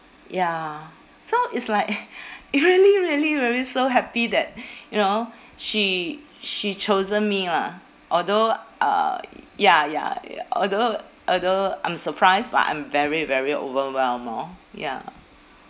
ya so is like really really really so happy that you know she she chosen me lah although uh ya ya ya although although I'm surprised but I'm very very overwhelmed orh ya